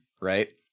right